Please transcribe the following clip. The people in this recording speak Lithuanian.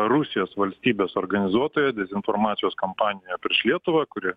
rusijos valstybės organizuotoje dezinformacijos kampanijoje prieš lietuvą kuri